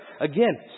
Again